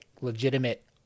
legitimate